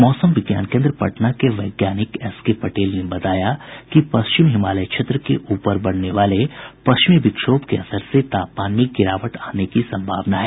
मौसम विज्ञान केन्द्र पटना के वैज्ञानिक एस के पटेल ने बताया कि पश्चिम हिमालय क्षेत्र के ऊपर बनने वाले पश्चिमी विक्षोभ के असर से तापमान में गिरावट आने की सम्भावना है